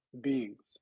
beings